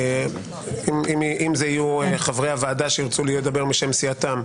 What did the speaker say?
אם אלה יהיו חברי הוועדה שירצו לדבר בשם סיעתם,